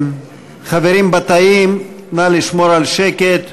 חברים בתאים, נא לשמור על שקט.